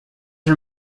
are